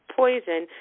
poison